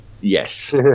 Yes